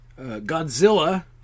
Godzilla